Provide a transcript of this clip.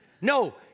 No